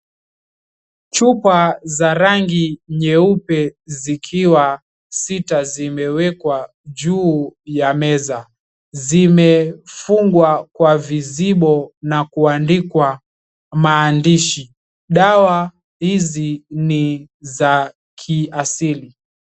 Chupa za rangi nyeupe zikiwa sita zimewekwa juu ya meza zimefungwa kwa vizibo na kuandikwa maandishi dawa hizi ni za kiasili.